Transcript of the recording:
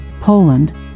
Poland